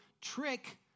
trick